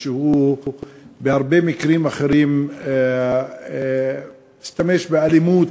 שהוא בהרבה מקרים אחרים השתמש באלימות